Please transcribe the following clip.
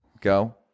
Go